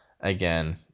again